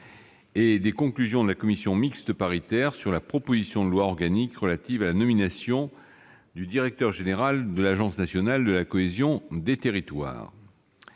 et des conclusions de la commission mixte paritaire sur la proposition de loi organique relative à la nomination du directeur général de l'Agence nationale de la cohésion des territoires